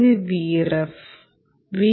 ഇത് Vref